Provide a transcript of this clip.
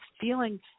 feeling